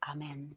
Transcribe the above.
Amen